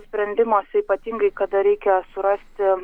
sprendimuose ypatingai kada reikia surasti